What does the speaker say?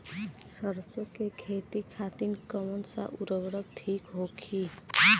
सरसो के खेती खातीन कवन सा उर्वरक थिक होखी?